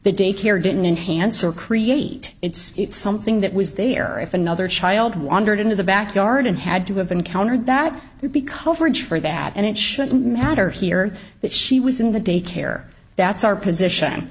the daycare didn't inhance or create it's it's something that was there or if another child wandered into the back yard and had to have encountered that would be coverage for that and it shouldn't matter here that she was in the day care that's our position